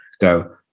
go